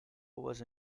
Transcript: was